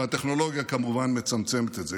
והטכנולוגיה כמובן מצמצת את זה.